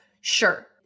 sure